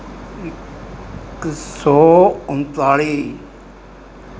ਸੌ ਉਨਤਾਲੀ